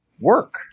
work